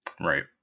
Right